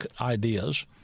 ideas